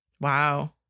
Wow